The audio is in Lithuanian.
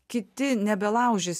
kiti nebelaužys